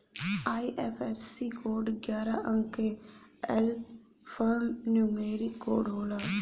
IFSC code ग्यारह अंक क एल्फान्यूमेरिक कोड होला